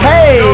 Hey